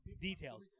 details